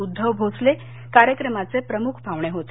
उध्दव भोसले कार्यक्रमाचे प्रमुख पाहुणे होते